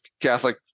Catholic